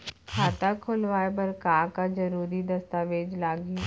खाता खोलवाय बर का का जरूरी दस्तावेज लागही?